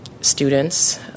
students